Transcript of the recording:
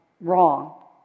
wrong